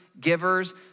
givers